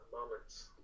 moments